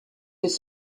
his